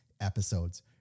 episodes